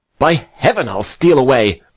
by heaven, i'll steal away.